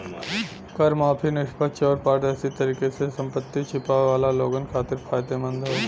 कर माफी निष्पक्ष आउर पारदर्शी तरीके से संपत्ति छिपावे वाला लोगन खातिर फायदेमंद हौ